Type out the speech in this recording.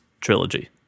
trilogy